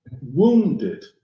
Wounded